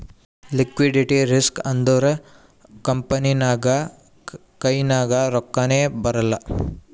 liquidity risk ಅಂದುರ್ company ನಾಗ್ ಕೈನಾಗ್ ರೊಕ್ಕಾನೇ ಬರಲ್ಲ